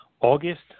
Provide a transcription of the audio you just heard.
August